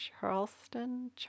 Charleston